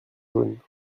jaunes